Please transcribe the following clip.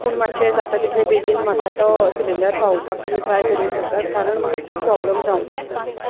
पूण मात्शें जाता तितले बेगीन म्हाका तो सिलींडर पावोवपाक तुमी ट्राय करूंक शकतात कारण म्हाका खूब प्रोब्लम जावंक लागला